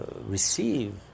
receive